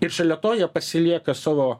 ir šalia to jie pasilieka savo